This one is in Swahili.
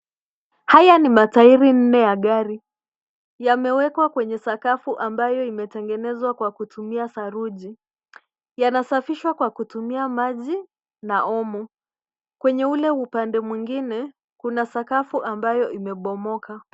Haya ni matairi nne ya gari. Yamewekwa kwenye sakafu ambayo imetengenezwa kwa kutumia saruji. Yanasafishwa kwa kutumia maji na Omo. Kwenye ule upande mwingine, kuna sakafu ambayo imebomoka.